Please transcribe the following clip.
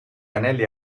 anelli